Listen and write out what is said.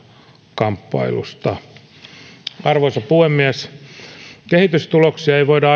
valtakamppailusta arvoisa puhemies kehitystuloksia ei voida